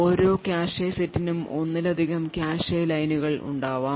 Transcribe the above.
ഓരോ കാഷെ സെറ്റിനും ഒന്നിലധികം കാഷെ ലൈനുകൾ ഉണ്ടാവാം